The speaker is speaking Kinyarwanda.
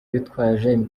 witwaje